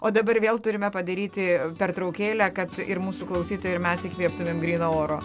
o dabar vėl turime padaryti pertraukėlę kad ir mūsų klausytojai ir mes įkvėptumėm gryno oro